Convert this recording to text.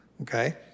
okay